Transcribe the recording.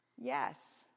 Yes